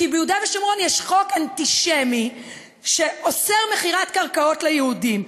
כי ביהודה ושומרון יש חוק אנטישמי שאוסר מכירת קרקעות ליהודים.